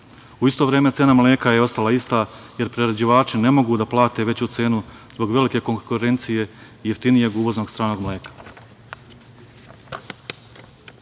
U isto vreme cena mleka je ostala ista, jer prerađivači ne mogu da plate veću cenu zbog velike konkurencije i jeftinijeg uvoznog stranog